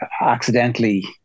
accidentally